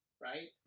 right